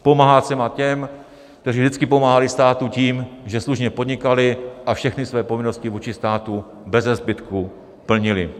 Pomáhat se má těm, kteří vždycky pomáhali státu tím, že slušně podnikali a všechny své povinnosti vůči státu beze zbytku plnili.